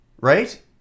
Right